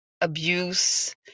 abuse